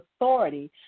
authority